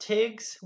Tiggs